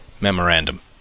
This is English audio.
Memorandum